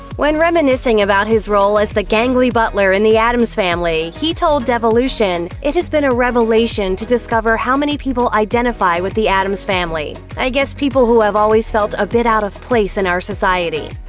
when reminiscing about his role as the gangly butler in the addams family, he told devolution, it has been a revelation to discover how many people identify with the addams family. i guess people who have always felt a bit out of place in our society.